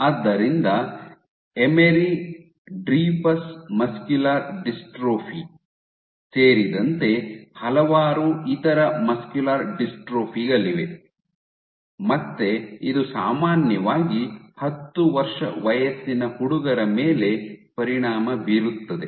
ಆದ್ದರಿಂದ Emery Dreifuss muscular dystrophy ಸೇರಿದಂತೆ ಹಲವಾರು ಇತರ ಮಸ್ಕ್ಯುಲರ್ ಡಿಸ್ಟ್ರೋಫಿ ಗಳಿವೆ ಮತ್ತೆ ಇದು ಸಾಮಾನ್ಯವಾಗಿ ಹತ್ತು ವರ್ಷ ವಯಸ್ಸಿನ ಹುಡುಗರ ಮೇಲೆ ಪರಿಣಾಮ ಬೀರುತ್ತದೆ